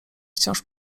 wciąż